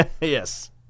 Yes